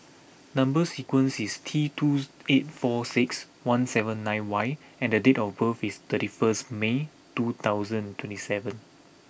number sequence is T twos eight four six one seven nine Y and the date of birth is thirty first May two thousand twenty seven